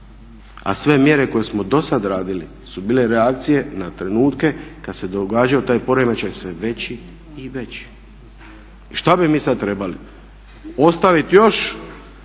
a sve mjere koje smo do sad radili su bile reakcije na trenutke kad se događao taj poremećaj sve veći i veći. I šta bi mi sad trebali? Ostavit još